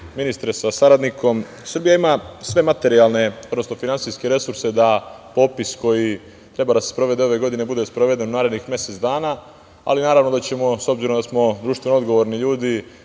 ministre sa saradnikom, Srbija ima sve materijalne, prosto, finansijske resurse da popis koji treba se sprovede ove godine bude sproveden u narednih mesec dana, ali naravno da ćemo, s obzirom da smo društveno odgovorni ljudi,